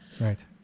right